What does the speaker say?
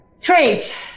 Trace